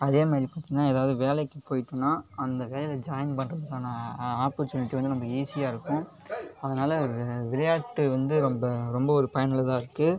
அதேமாதிரி பார்த்திங்கன்னா ஏதாவது வேலைக்கு போயிட்டோம்னா அந்த வேலையில் ஜாயின் பண்ணுறதுக்கான ஆப்பர்ச்சுனிடி வந்து நமக்கு ஈசியாக இருக்கும் அதனால் விளையாட்டு வந்து நம்ம ரொம்ப ஒரு பயனுள்ளதாக இருக்குது